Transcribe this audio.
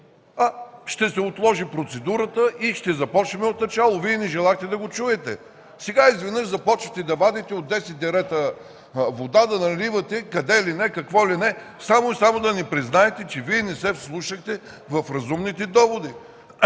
ще се отложи и ще започнем отначало. Вие не пожелахте да чуете. Сега изведнъж започвате да вадите вода от десет дерета и да наливате къде ли не, какво ли не само и само да не признаете, че не се вслушахте в разумните доводи.